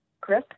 Chris